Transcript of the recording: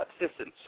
assistance